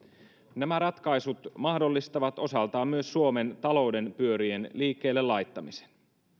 nämä ratkaisut mahdollistavat osaltaan myös suomen talouden pyörien liikkeelle laittamisen